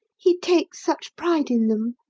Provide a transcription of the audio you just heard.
he takes such pride in them,